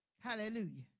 Hallelujah